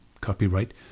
Copyright